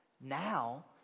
now